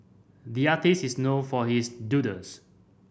the artists is known for his doodles